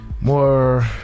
more